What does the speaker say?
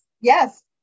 Yes